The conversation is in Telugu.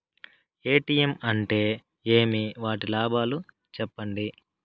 ఎ.టి.ఎం అంటే ఏమి? వాటి లాభాలు సెప్పండి?